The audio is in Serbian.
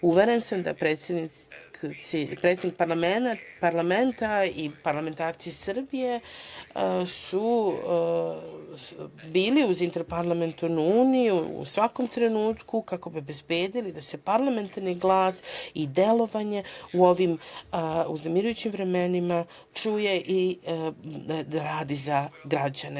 Uveren sam da su predsednik parlamenta i parlamentarci Srbije bili uz Interparlamentarnu uniju u svakom trenutku, kako bi obezbedili da se parlamentarni glas i delovanje u ovim uznemirujućim vremenima čuje i da radi za građane.